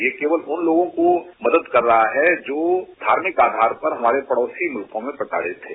यह केवल उन लोगों को मदद कर रहा है जो धार्मिक आधार पर हमारे पड़ोसी मुलकों में प्रताड़ित थे